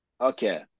Okay